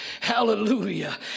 Hallelujah